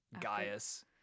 Gaius